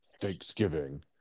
Thanksgiving